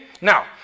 Now